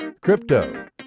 crypto